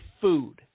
food